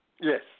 Yes